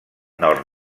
nord